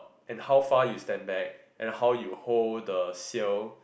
and how far you stand back and how you hold the seal